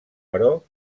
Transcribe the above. però